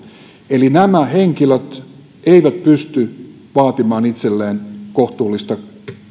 eli nämä henkilöt eivät pysty vaatimaan itselleen kohtuullista